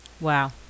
Wow